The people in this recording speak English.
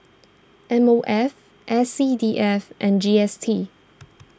M O F S C D F and G S T